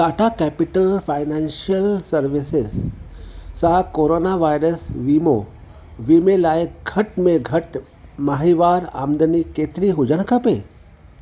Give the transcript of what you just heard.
Tata capital financial services सां corona virus वीमो वीमे लाइ घटि में घटि माहिवार आमदनी केतिरी हुजणु खपे